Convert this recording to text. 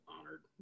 honored